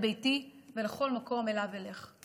לביתי ולכל מקום שאליו אלך.